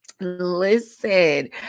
Listen